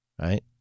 right